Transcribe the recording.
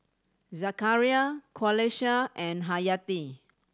Zakaria Qalisha and Hayati